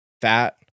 Fat